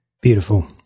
Beautiful